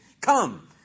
Come